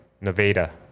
nevada